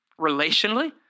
Relationally